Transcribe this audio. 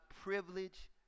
privilege